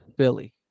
Billy